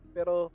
Pero